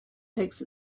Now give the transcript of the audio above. takes